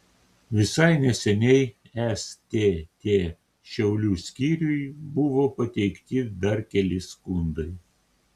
visai neseniai stt šiaulių skyriui buvo pateikti dar keli skundai